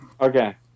Okay